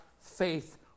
faith